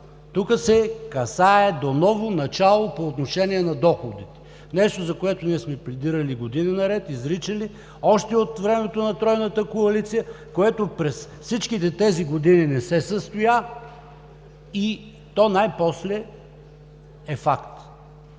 Тук се касае до ново начало по отношение на доходите, нещо за което ние сме пледирали години наред, изричали още от времето на тройната коалиция, което през всичките тези години не се състоя и то най-после е факт.